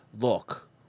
look